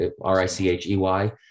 R-I-C-H-E-Y